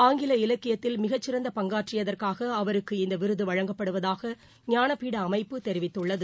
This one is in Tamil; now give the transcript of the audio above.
ஆங்கில இலக்கியத்தில் மிகச்சிறந்த பங்காற்றியதற்காகஅவருக்கு இந்தவிருதுவழங்கப்படுவதாக ஞானபீடஅமைப்பு தெரிவித்துள்ளது